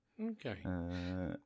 okay